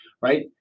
right